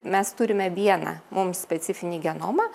mes turime vieną mums specifinį genomą